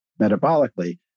metabolically